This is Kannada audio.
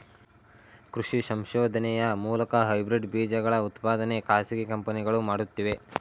ಕೃಷಿ ಸಂಶೋಧನೆಯ ಮೂಲಕ ಹೈಬ್ರಿಡ್ ಬೀಜಗಳ ಉತ್ಪಾದನೆ ಖಾಸಗಿ ಕಂಪನಿಗಳು ಮಾಡುತ್ತಿವೆ